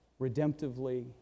redemptively